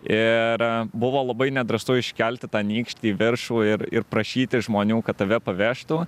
ir buvo labai nedrąsu iškelti tą nykštį į viršų ir ir prašyti žmonių kad tave pavežtų